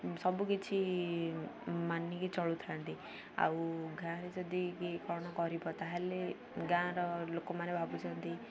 ସବୁକିଛି ମାନିକି ଚଳୁଥାନ୍ତି ଆଉ ଗାଁରେ ଯଦି କିଏ କ'ଣ କରିବ ତାହେଲେ ଗାଁର ଲୋକମାନେ ଭାବୁଛନ୍ତି